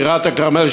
טירת-כרמל,